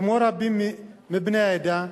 כמו עבור רבים מבני העדה.